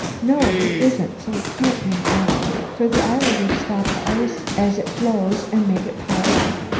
no, it isn't, so it can't be an island, for the island would stop the ice as it flows and make it pile up.